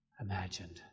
imagined